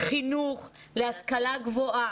חינוך להשכלה גבוהה.